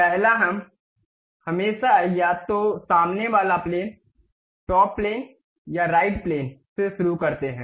पहला हम हमेशा या तो सामने वाले प्लेन टॉप प्लेन या राइट प्लेन से शुरू करते हैं